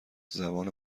زبان